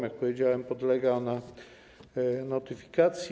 Jak powiedziałem, podlega ona notyfikacji.